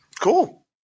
Cool